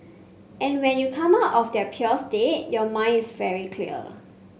and when you come out of their pure state your mind is very clear